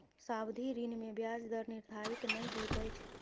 सावधि ऋण में ब्याज दर निर्धारित नै होइत अछि